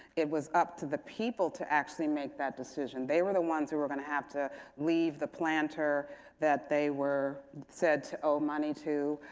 it was up to the people to actually make that decision. they were the ones that were going to have to leave the planter that they were said to owe money to.